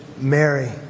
Mary